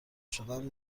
شدن